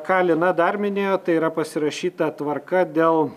ką lina dar minėjo tai yra pasirašyta tvarka dėl